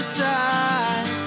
side